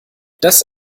das